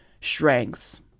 strengths